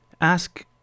ask